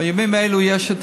בימים אלה יש את